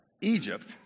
Egypt